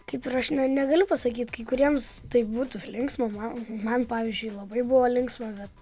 kaip ir aš negaliu pasakyti kai kuriems tai būtų linksma man man pavyzdžiui labai buvo linksma bet